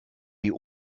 die